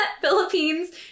Philippines